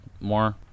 more